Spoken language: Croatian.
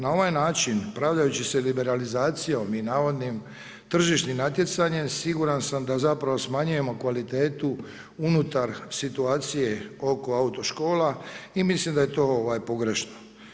Na ovaj način pravdajući se liberalizacijom i navodnim tržišnim natjecanjem siguran sam da zapravo smanjujemo kvalitetu unutar situacije oko autoškola i mislim da je to pogrešno.